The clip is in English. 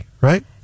right